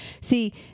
See